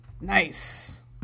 Nice